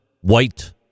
White